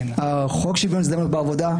חוק שוויון הזדמנויות בעבודה,